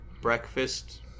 breakfast